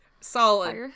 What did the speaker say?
Solid